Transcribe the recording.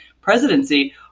presidency